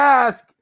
ask